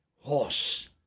horse